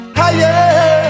higher